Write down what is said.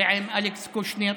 ועם אלכס קושניר,